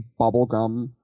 bubblegum